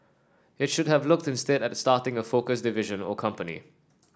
it should have looked instead at starting a focused division or company